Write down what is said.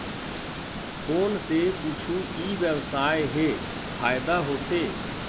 Phone से कुछु ई व्यवसाय हे फ़ायदा होथे?